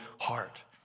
heart